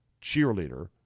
cheerleader